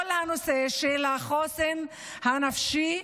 כל הנושא של החוסן הנפשי,